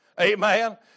Amen